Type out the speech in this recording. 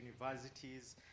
universities